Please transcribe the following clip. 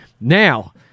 Now